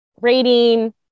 rating